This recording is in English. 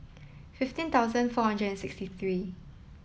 fifteen thousand four hundred and sixty three